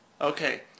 Okay